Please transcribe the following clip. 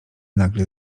nagle